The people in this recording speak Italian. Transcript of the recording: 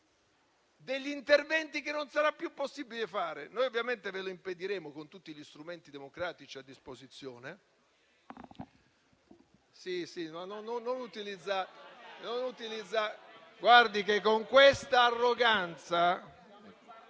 degli interventi che non sarà più possibile fare. Noi ovviamente ve lo impediremo con tutti gli strumenti democratici a disposizione.